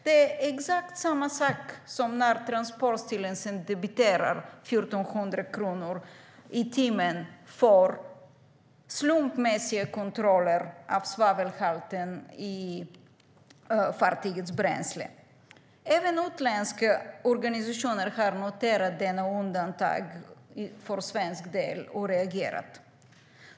Det är exakt samma sak som när Transportstyrelsen debiterar 1 400 kronor i timmen för slumpmässiga kontroller av svavelhalten i fartygets bränsle. Även utländska organisationer har noterat detta undantag för svensk del och reagerat.